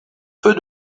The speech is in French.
peu